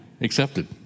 accepted